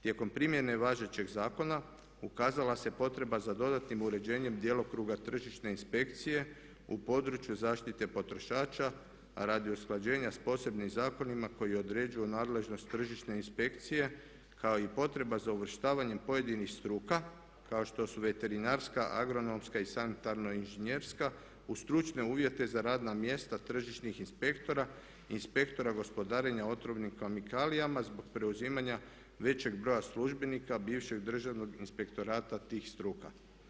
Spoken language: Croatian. Tijekom primjene važećeg zakona ukazala se potreba za dodatnim uređenjem djelokruga tržišne inspekcije u području zaštite potrošača, a radi usklađenja sa posebnim zakonima koji određuju nadležnost tržišne inspekcije kao i potreba za uvrštavanjem pojedinih struka kao što su veterinarska agronomska i sanitarno inženjerska uz stručne uvjete za radna mjesta tržišnih inspektora, inspektora gospodarenja otrovnim kemikalijama zbog preuzimanja većeg broja službenika bivšeg Državnog inspektorata tih struka.